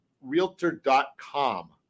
Realtor.com